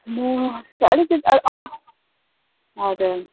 म चाहिँ अलिकति ए अँ हजुर